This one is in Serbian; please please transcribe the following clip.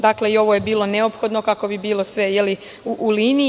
Dakle, i ovo je bilo neophodno kako bi bilo sve u liniji.